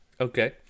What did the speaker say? okay